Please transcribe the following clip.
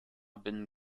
binnen